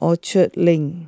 Orchard Link